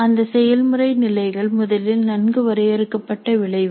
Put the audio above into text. அந்த செயல்முறை நிலைகள் முதலில் நன்கு வரையறுக்கப்பட்ட விளைவுகள்